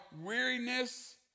weariness